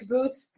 Booth